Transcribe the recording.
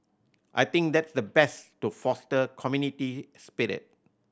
I think that's the best to foster community spirit